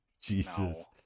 Jesus